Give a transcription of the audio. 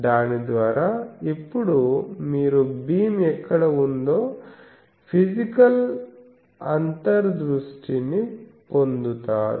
దాని ద్వారా ఇప్పుడు మీరు భీమ్ ఎక్కడ ఉందో ఫిజికల్ అంతర్దృష్టిని పొందుతారు